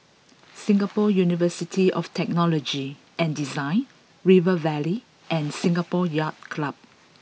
Singapore University of Technology and Design River Valley and Singapore Yacht Club